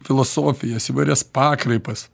filosofijas įvairias pakraipas